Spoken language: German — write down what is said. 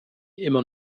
immer